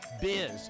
Biz